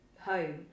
home